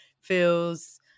feels